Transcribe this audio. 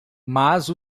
mas